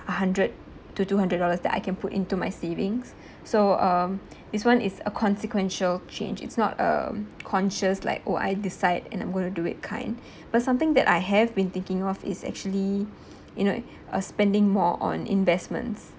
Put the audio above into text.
a hundred to two hundred dollars that I can put into my savings so um this one is a consequential change it's not um conscious like oh I decide and I'm going to do it kind but something that I have been thinking of is actually you know you uh spending more on investments